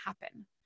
happen